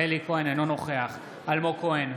אינו נוכח אלמוג כהן,